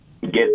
get